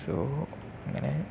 so അങ്ങനെ